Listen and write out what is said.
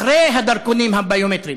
אחרי הדרכונים הביומטריים,